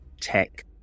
tech